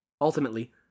Ultimately